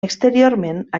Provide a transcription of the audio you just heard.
exteriorment